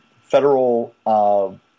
federal